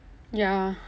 ya